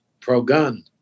pro-gun